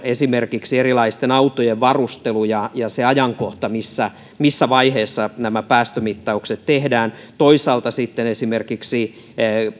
esimerkiksi erilaisten autojen varustelu ja ja ajankohta missä missä vaiheessa nämä päästömittaukset tehdään toisaalta sitten esimerkiksi